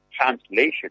translation